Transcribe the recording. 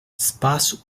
espaço